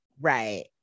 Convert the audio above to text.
Right